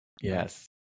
Yes